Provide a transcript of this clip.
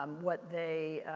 um what they,